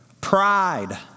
pride